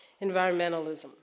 environmentalism